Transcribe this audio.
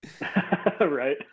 Right